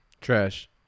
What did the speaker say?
Trash